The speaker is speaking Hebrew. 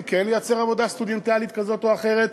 לייצר עבודה סטודנטיאלית כזאת או אחרת,